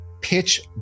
pitch